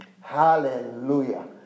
Hallelujah